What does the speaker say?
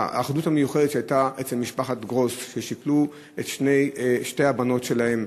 באחדות המיוחדת שהייתה כאשר משפחת גרוס שכלו את שתי הבנות שלהם